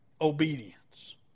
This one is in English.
Obedience